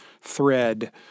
thread